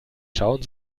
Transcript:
schauen